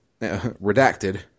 Redacted